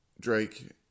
Drake